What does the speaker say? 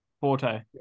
Forte